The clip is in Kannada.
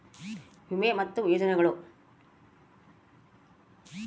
ವಿಮೆ ಮತ್ತೆ ಯೋಜನೆಗುಳು